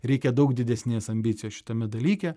reikia daug didesnės ambicijos šitame dalyke